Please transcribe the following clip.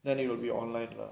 then then it'll be online lah